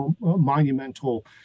monumental